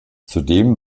zudem